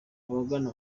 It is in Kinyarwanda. abagana